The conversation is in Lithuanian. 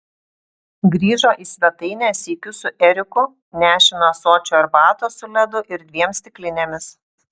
grįžo į svetainę sykiu su eriku nešinu ąsočiu arbatos su ledu ir dviem stiklinėmis